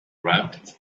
wrapped